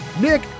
Nick